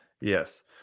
Yes